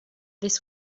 this